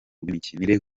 rw’imikinire